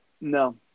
No